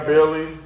Billy